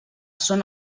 són